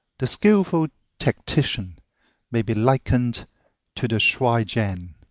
the skillful tactician may be likened to the shuai-jan.